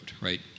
right